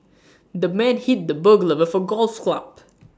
the man hit the burglar with A golf club